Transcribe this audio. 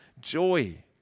joy